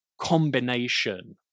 combination